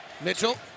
Mitchell